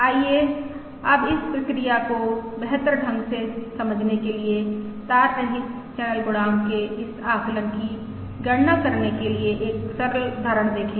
आइए अब इस प्रक्रिया को बेहतर ढंग से समझने के लिए तार रहित चैनल गुणांक के इस आकलन की गणना करने के लिए एक सरल उदाहरण देखें